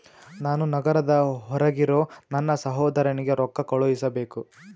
ನಾನು ನಗರದ ಹೊರಗಿರೋ ನನ್ನ ಸಹೋದರನಿಗೆ ರೊಕ್ಕ ಕಳುಹಿಸಬೇಕು